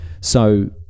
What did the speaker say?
So-